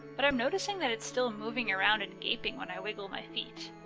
but i'm noticing that it's still moving around and gaping when i wiggle my feet.